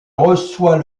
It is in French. reçoit